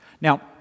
Now